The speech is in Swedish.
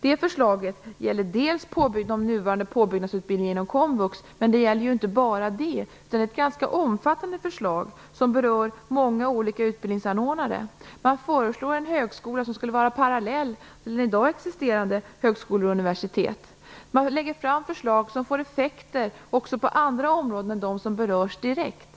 Det förslaget gäller de nuvarande påbyggnadsutbildningarna och komvux. Men det gäller inte bara dessa, utan det är ett ganska omfattande förslag som berör många olika utbildningsanordnare. Utredningen föreslår en högskola som skulle vara parallell till i dag existerande högskolor och universitet. Man lägger fram förslag som får effekter också på andra områden än de som berörs direkt.